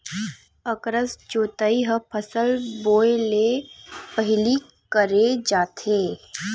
अकरस जोतई ह फसल बोए ले पहिली करे जाथे